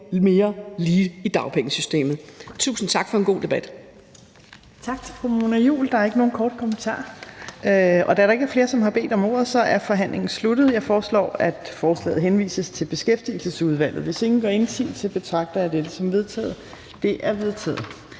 mere lige i dagpengesystemet. Tusind tak for en god debat.